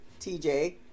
TJ